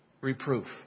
reproof